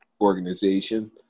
organization